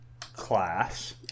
class